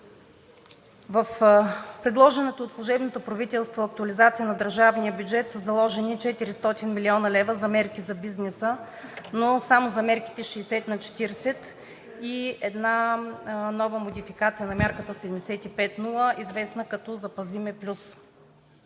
В предложената от служебното правителство актуализация на държавния бюджет са заложени 400 млн. лв. за мерки за бизнеса, но само за мерките 60/40 и една нова модификация на мярката 75/0, известна като „Запази ме плюс“.